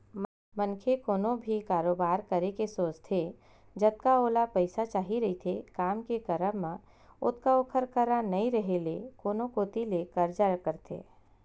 मनखे कोनो भी कारोबार करे के सोचथे जतका ओला पइसा चाही रहिथे काम के करब म ओतका ओखर करा नइ रेहे ले कोनो कोती ले करजा करथे